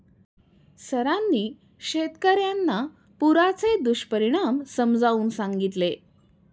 सरांनी शेतकर्यांना पुराचे दुष्परिणाम समजावून सांगितले